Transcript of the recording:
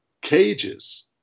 cages